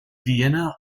vienna